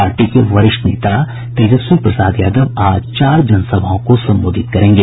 party के वरिष्ठ नेता तेजस्वी प्रसाद यादव आज चार जनसभाओं को संबोधित करेंगे